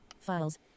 files